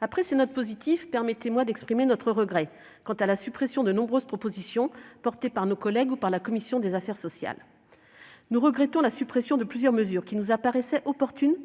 Après ces notes positives, permettez-moi d'exprimer notre regret quant à la suppression de nombreuses propositions portées par nos collègues ou par la commission des affaires sociales. Nous regrettons ainsi la suppression de plusieurs mesures qui nous paraissaient opportunes,